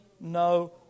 no